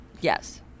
Yes